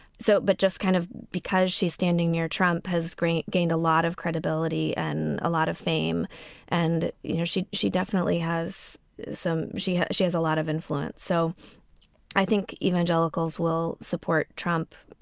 so but just kind of because she's standing near trump has green gained a lot of credibility and a lot of fame and you know she she definitely has some she she has a lot of influence. so i think evangelicals will support trump.